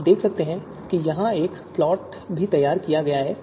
आप देख सकते हैं कि यहां एक प्लॉट भी तैयार किया गया है